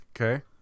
okay